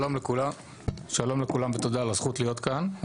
שלום לכולם ותודה על הזכות להיות כאן.